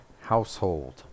household